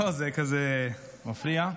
זה מפריע.